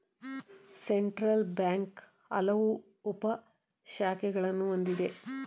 central bank ಹಲವು ಉಪ ಶಾಖೆಗಳನ್ನು ಹೊಂದಿದೆ